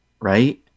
right